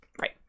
Right